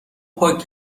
پاک